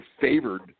favored